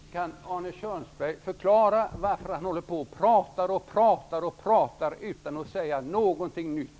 Herr talman! Kan Arne Kjörnsberg förklara varför han håller på och pratar och pratar och pratar utan att säga någonting nytt?